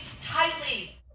tightly